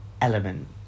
element